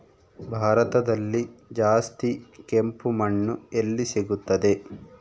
ಭಾರತದಲ್ಲಿ ಜಾಸ್ತಿ ಕೆಂಪು ಮಣ್ಣು ಎಲ್ಲಿ ಸಿಗುತ್ತದೆ?